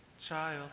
child